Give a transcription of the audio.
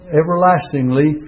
everlastingly